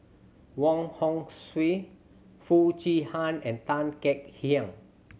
Wong Hong Suen Foo Chee Han and Tan Kek Hiang